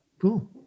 Cool